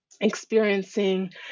experiencing